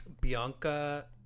Bianca